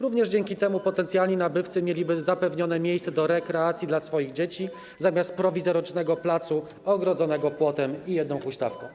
Również dzięki temu potencjalni nabywcy mieliby zapewnione miejsce do rekreacji dla swoich dzieci zamiast prowizorycznego placu ogrodzonego płotem z jedną huśtawką.